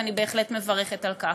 ואני בהחלט מברכת על כך.